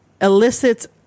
elicits